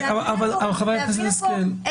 אבל חברת הכנסת השכל ----- להביא לפה